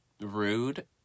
rude